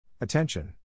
Attention